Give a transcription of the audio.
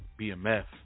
bmf